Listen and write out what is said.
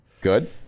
Good